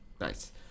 Nice